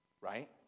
Right